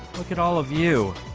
look at all of you